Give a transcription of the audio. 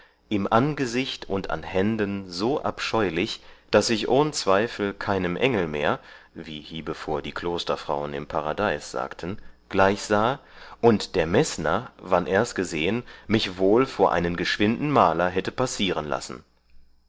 im angesicht und an händen so abscheulich daß ich ohn zweifel keinem engel mehr wie hiebevor die klosterfrauen im paradeis sagten gleichsahe und der mesner wann ers gesehen mich wohl vor einen geschwinden maler hätte passieren lassen